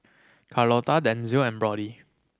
Carlota Denzil and Brody